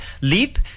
leap